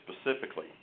specifically